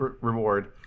reward